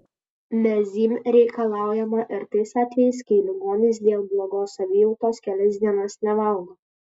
mezym reikalaujama ir tais atvejais kai ligonis dėl blogos savijautos kelias dienas nevalgo